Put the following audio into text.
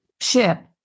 ship